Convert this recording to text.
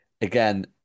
Again